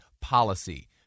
policy